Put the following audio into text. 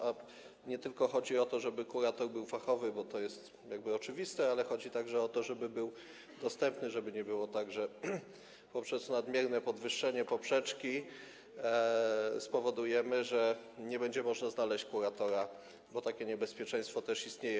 A chodzi nie tylko o to, żeby kurator był fachowy, bo to jest jakby oczywiste, ale chodzi także o to, żeby był dostępny, żeby nie było tak, że poprzez nadmierne podwyższenie poprzeczki spowodujemy, iż nie będzie można znaleźć kuratora, bo takie niebezpieczeństwo też istnieje.